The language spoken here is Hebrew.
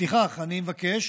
לפיכך, אני מבקש